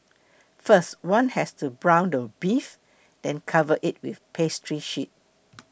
first one has to brown the beef then cover it with a pastry sheet